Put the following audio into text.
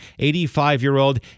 85-year-old